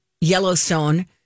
Yellowstone